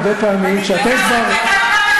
בבית הזה,